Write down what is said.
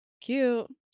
Cute